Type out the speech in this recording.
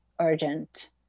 urgent